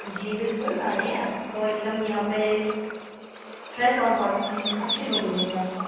जी बिल्कुल आइए आपको एकदम यहाँ पर फ्रेस और हॉट अच्छे रूम मिलेंगे आपको